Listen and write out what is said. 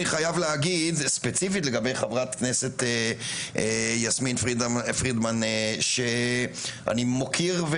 אני חייב להגיד ספציפית לגבי חברת הכנסת יסמין פרידמן שאני מכיר,